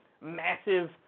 massive